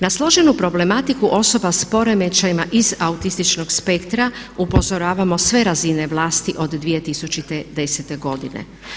Na složenu problematiku osoba s poremećajima iz autističnog spektra upozoravamo sve razine vlasti od 2010. godine.